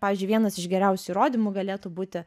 pavyzdžiui vienas iš geriausių įrodymų galėtų būti